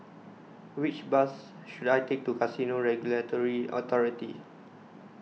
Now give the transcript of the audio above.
which bus should I take to Casino Regulatory Authority